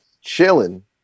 chilling